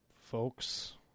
folks